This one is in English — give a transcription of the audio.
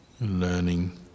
learning